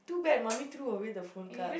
too bad mummy threw away the phone card